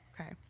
okay